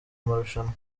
marushanwa